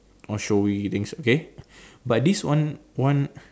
all showy things okay but this one one